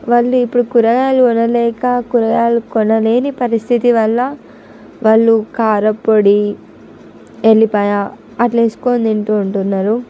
వాళ్లు ఇప్పుడు కూరగాయలు కొనలేక కూరగాయలు కొనలేని పరిస్థితి వల్ల వాళ్లు కారప్పొడి వెల్లిపాయ అట్లా వేసుకుని తింటూ ఉంటున్నారు